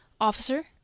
officer